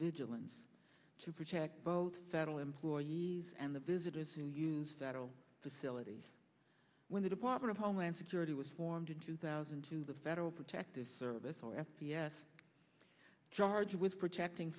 vigilance to protect both federal employees and the visitors who use that all facilities when the department of homeland security was formed in two thousand and two the federal protective service or f p s charged with protecting